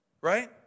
right